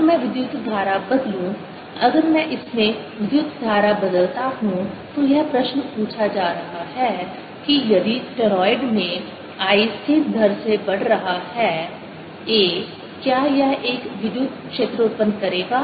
अगर मैं विद्युत धारा बदलूं अगर मैं इसमें विद्युत धारा बदलता हूं तो यह प्रश्न पूछा जा रहा है कि यदि टोरॉइड में I स्थिर दर से बढ़ रहा है a क्या यह एक विद्युत क्षेत्र उत्पन्न करेगा